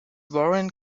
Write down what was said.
warren